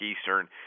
Eastern